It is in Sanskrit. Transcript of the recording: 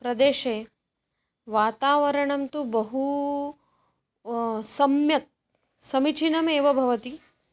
प्रदेशे वातावरणं तु बहु सम्यक् समीचीनमेव भवति